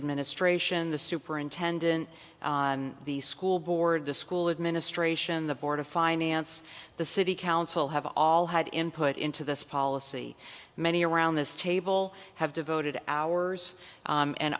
administration the superintendent the school board the school administration the board of finance the city council have all had input into this policy many around this table have devoted hours